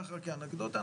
ככה כאנקדוטה,